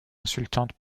insultante